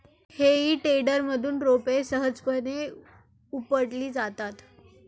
हेई टेडरमधून रोपे सहजपणे उपटली जातात